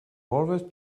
always